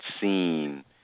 seen